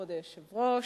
כבוד היושב-ראש,